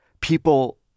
people